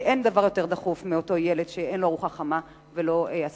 כי אין דבר יותר דחוף מאותו ילד שאין לו ארוחה חמה ולא השכלה.